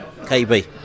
KB